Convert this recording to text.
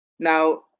Now